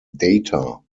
data